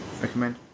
recommend